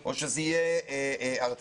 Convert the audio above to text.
או שזה יהיה ארצי?